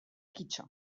kito